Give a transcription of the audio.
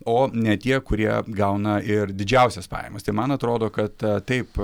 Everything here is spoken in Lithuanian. o ne tie kurie gauna ir didžiausias pajamas tai man atrodo kad taip